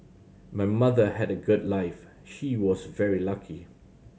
my mother had a good life she was very lucky